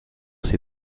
ces